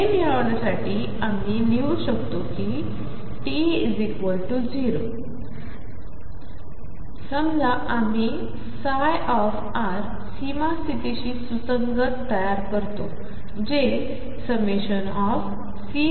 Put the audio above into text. हेमिळवण्यासाठीआम्हीलिहूशकतोकीt0वेळीसमजाआम्हीψसीमास्थितीशीसुसंगततयारकरतोजे∑Cnnr